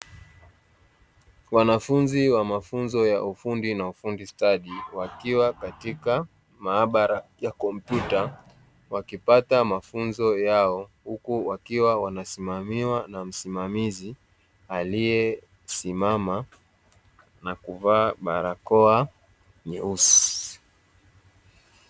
Wanafunzi wa mafunzo ya ufundi na ufundi stadi, wakiwa katika maabara ya kompyuta, wakipata mafunzo yao, huku wakiwa wanasimamiwa na msimamizi aliyesimama na kuvaa barakoa nyeusi.